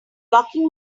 blocking